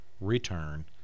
return